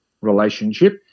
relationship